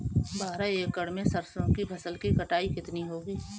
बारह एकड़ में सरसों की फसल की कटाई कितनी होगी?